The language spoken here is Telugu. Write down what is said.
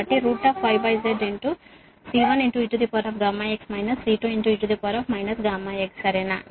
కాబట్టిyz C1eγx C2e γx సరేనా